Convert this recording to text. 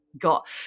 got